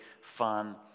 fun